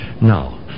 Now